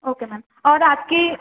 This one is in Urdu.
اوکے میم اور آپ کی